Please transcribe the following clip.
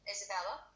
Isabella